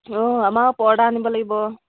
অঁ আমাৰ পৰ্দা আনিব লাগিব